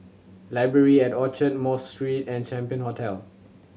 Library at Orchard Mosque Street and Champion Hotel